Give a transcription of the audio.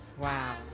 Wow